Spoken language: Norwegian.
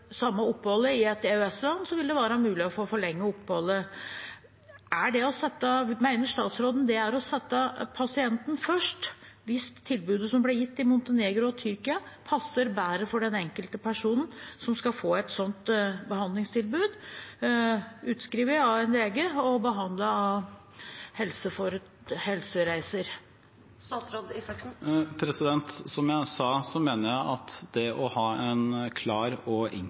samme oppholdet i et EØS-land, vil det være mulig å få forlenget oppholdet. Mener statsråden det er å sette pasienten først hvis tilbudet som blir gitt i Montenegro og Tyrkia, passer bedre for den enkelte personen som skal få et sånt behandlingstilbud, utskrevet av en lege og behandlet av Helsereiser? Som jeg sa, mener jeg at det å ha en klar og